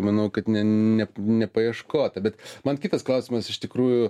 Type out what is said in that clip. manau kad ne ne nepaieškota bet man kitas klausimas iš tikrųjų